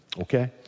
Okay